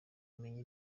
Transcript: amenya